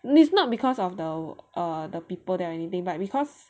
and it's not because of the err the people there or anything but because